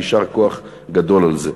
יישר כוח גדול על זה.